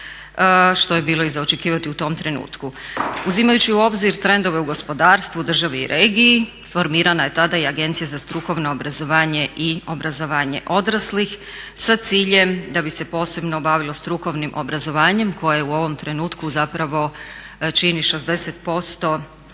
što je bilo i za očekivati u tom trenutku. Uzimajući u obzir trendove u gospodarstvu, državi i regiji formirana je tada i Agencija za strukovno obrazovanje i obrazovanje odraslih sa ciljem da bi se posebno bavilo strukovnim obrazovanje koje u ovom trenutku zapravo čini 60%